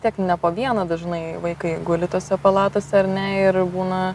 tiek ne po vieną dažnai vaikai guli tose palatose ar ne ir būna